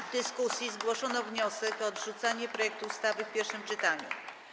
W dyskusji zgłoszono wniosek o odrzucenie projektu ustawy w pierwszym czytaniu.